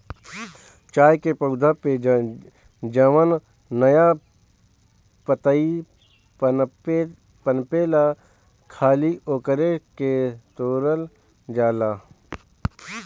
चाय के पौधा पे जवन नया पतइ पनपेला खाली ओकरे के तुरल जाला